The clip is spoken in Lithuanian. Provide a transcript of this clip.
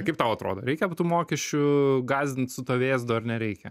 kaip tau atrodo reikia tų mokesčių gąsdint su tuo vėzdu ar nereikia